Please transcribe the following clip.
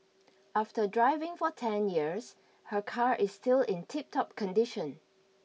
after driving for ten years her car is still in tiptop condition